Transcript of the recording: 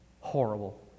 Horrible